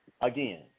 again